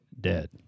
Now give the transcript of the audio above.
dead